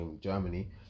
Germany